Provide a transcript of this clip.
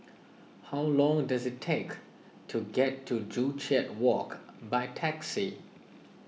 how long does it take to get to Joo Chiat Walk by taxi